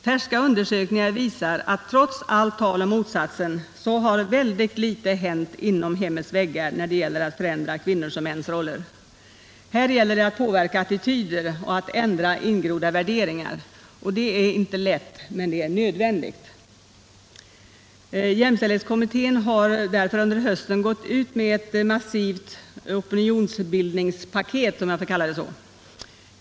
Färska undersökningar visar att — trots allt tal om motsatsen — ytterst litet har hänt inom hemmets väggar när det gäller att förändra kvinnors och mäns roller. Här gäller det att påverka attityder och att ändra ingrodda värderingar. Det är inte lätt — men det är nödvändigt! Jämställdhetskommittén har därför under hösten gått ut med ett massivt ”opinionsbildningspaket”, om jag får kalla det så.